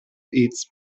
its